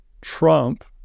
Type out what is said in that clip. Trump